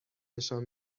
نشان